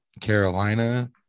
Carolina